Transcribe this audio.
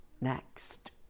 next